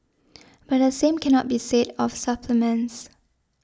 but the same cannot be said of supplements